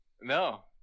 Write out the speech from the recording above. no